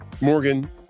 morgan